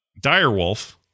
Direwolf